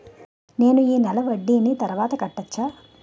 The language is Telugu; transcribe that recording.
నేను ఈ నెల వడ్డీని తర్వాత కట్టచా?